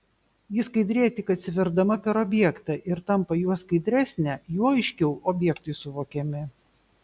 ji skaidrėja tik atsiverdama per objektą ir tampa juo skaidresnė juo aiškiau objektai suvokiami